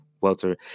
Welter